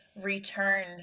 return